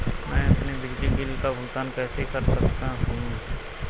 मैं अपने बिजली बिल का भुगतान कैसे कर सकता हूँ?